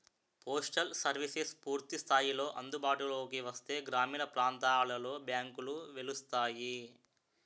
postal services పూర్తి స్థాయిలో అందుబాటులోకి వస్తే గ్రామీణ ప్రాంతాలలో బ్యాంకులు వెలుస్తాయి